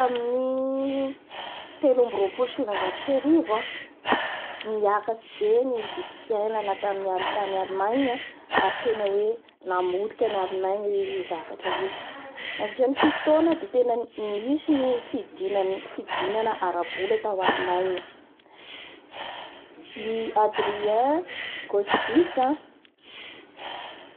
Tamin'ny-tamin'ny telo ambin'ny roapolo sy sivanjato sy arivo o, niakatry be ny vidimpiainana tany- tany Allemagne ary tena hoe namotika an'i Allemagne io zavatra io nandritra ny fito tona de tenanisy ny fidinan-fidinana arabola tao Allemagne? I Adrien Gosbis